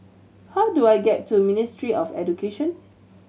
how do I get to Ministry of Education